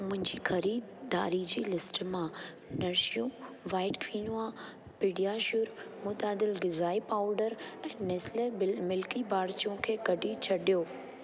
मुंहिंजी ख़रीदारी जी लिस्ट मां nourish you white quinoa PediaSure मुतादिल ग़िज़ाई पाऊडर ऐं नेस्ले मिल्कीबार जूं खे कढी छॾियो